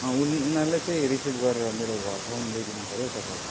अँ उल उनीहरूलाई चाहिँ रिसिभ गरेर मेरो घरसम्म ल्याइदिनु पऱ्यो हौ तपाईँले